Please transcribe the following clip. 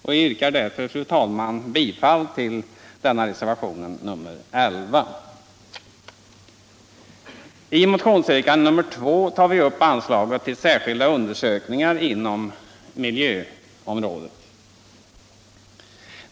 Jag yrkar därför, fru talman, bifall till reservationen 11. I motionsyrkande nr 2 tar vi upp anslaget till särskilda undersökningar inom miljöområdet.